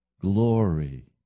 glory